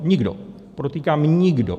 Nikdo, podotýkám, nikdo.